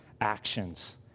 actions